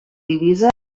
divises